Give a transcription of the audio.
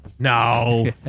No